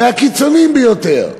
מהקיצוניים ביותר.